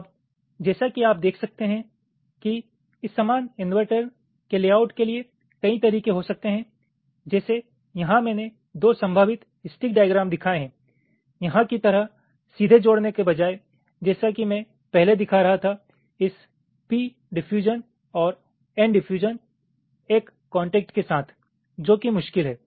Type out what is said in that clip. अब जैसा कि आप देख सकते हैं कि इस समान इन्वर्टर के लेआउट के लिए कई तरीके हो सकते हैं जैसे यहाँ मैंने दो संभावित स्टिक डाईग्राम दिखाए हैं यहाँ की तरह सीधे जोड़ने के बजाय जैसा कि मैं पहले दिखा रहा था इस p डिफयूजन और n डिफयूजन एक कॉन्टेक्ट के साथ जो कि मुश्किल है